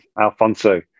Alfonso